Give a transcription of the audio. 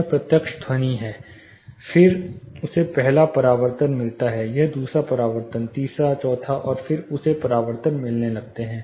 यह प्रत्यक्ष ध्वनि है फिर उसे पहला परावर्तन मिलता है यह दूसरा परावर्तन तीसरा चौथा है और फिर उसे परावर्तन मिलने लगते हैं